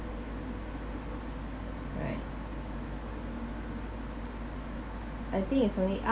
right I think is only